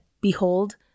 Behold